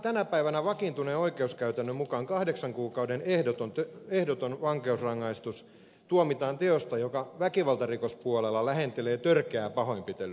tänä päivänä vakiintuneen oikeuskäytännön mukaan kahdeksan kuukauden ehdoton vankeusrangaistus tuomitaan teosta joka väkivaltarikospuolella lähentelee törkeää pahoinpitelyä